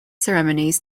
ceremonies